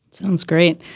sounds great.